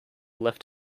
left